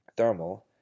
Thermal